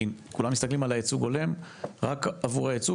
כי כולם מסתכלים על ייצוג הולם רק עבור הייצוג